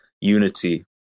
unity